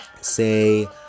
say